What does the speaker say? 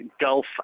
Gulf